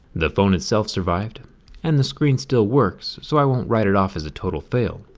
the phone itself survived and the screen still works, so i won't write it off as a total fail.